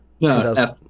No